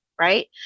right